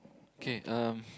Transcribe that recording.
K um